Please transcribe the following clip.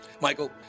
Michael